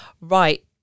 right